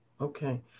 okay